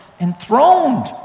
enthroned